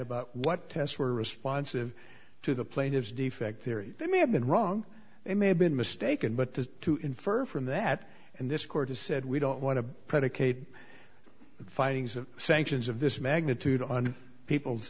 about what tests were responsive to the plaintiff's defect theory they may have been wrong they may have been mistaken but the to infer from that and this court has said we don't want to predicate findings of sanctions of this magnitude on people's